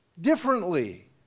differently